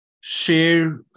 Share